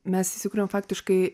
mes įsikuriam faktiškai